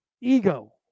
Ego